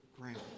ground